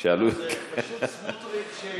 שאלו שלום ירושלים.